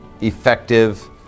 effective